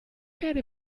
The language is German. werde